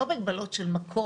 לא מגבלות של מקום,